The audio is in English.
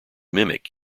mimic